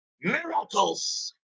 miracles